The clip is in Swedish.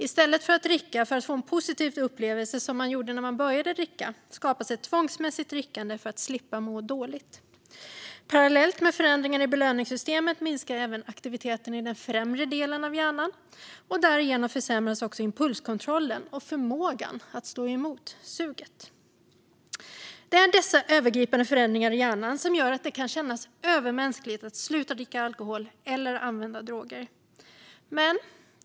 I stället för att dricka för att få en positiv upplevelse, som man gjorde när man började dricka, skapas ett tvångsmässigt drickande för att slippa må dåligt. Parallellt med förändringarna i belöningssystemet minskar även aktiviteten i den främre delen av hjärnan, och därigenom försämras impulskontrollen och förmågan att stå emot suget. Det är dessa övergripande förändringar i hjärnan som gör att det kan kännas övermänskligt att sluta dricka alkohol eller använda droger.